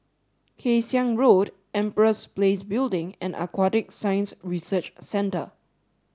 Kay Siang Road Empress Place Building and Aquatic Science Research Centre